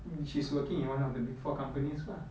she's working in one of the big four companies lah